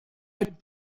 aside